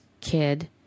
kid